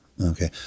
Okay